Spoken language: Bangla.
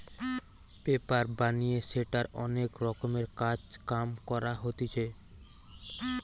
পেপার বানিয়ে সেটার অনেক রকমের কাজ কাম করা হতিছে